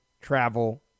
travel